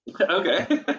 Okay